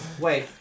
wait